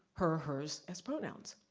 her, hers as pronouns.